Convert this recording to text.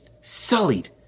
sullied